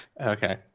Okay